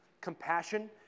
compassion